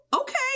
okay